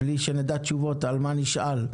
בלי שנדע תשובות, על מה נשאל?